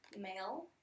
male